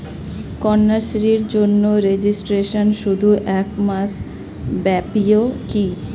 কন্যাশ্রীর জন্য রেজিস্ট্রেশন শুধু এক মাস ব্যাপীই কি?